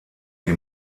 die